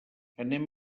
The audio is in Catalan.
anem